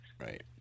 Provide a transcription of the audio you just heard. Right